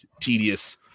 tedious